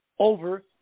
Over